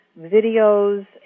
videos